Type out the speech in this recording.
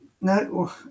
No